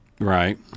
Right